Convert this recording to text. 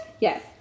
Yes